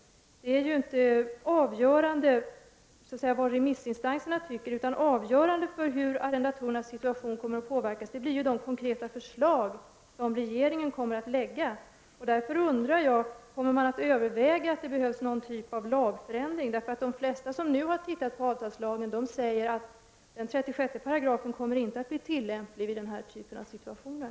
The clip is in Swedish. Avgörande för hur arrendatorernas situation kommer att påverkas är inte vad remissinstanserna anser utan de konkreta förslag som regeringen avser att lägga fram. Därför undrar jag om regeringen kommer att överväga någon typ av lagändring, eftersom de flesta som har läst avtalslagen säger att 36 § inte är tillämplig i denna typ av situationer.